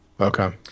okay